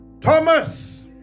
Thomas